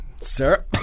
Sir